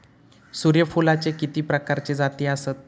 सूर्यफूलाचे किती प्रकारचे जाती आसत?